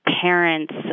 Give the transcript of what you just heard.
parents